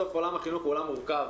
בסוף עולם החינוך הוא עולם מורכב.